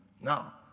Now